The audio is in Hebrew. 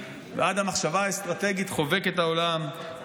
ועד המחשבה האסטרטגית חובקת העולם.